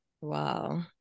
wow